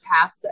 past